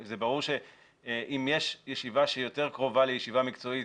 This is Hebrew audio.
זה ברור שאם יש ישיבה שהיא יותר קרובה לישיבה מקצועית